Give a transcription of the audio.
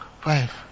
Five